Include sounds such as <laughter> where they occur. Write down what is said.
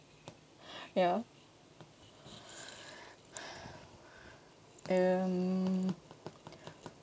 <breath> ya <breath> um